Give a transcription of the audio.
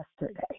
yesterday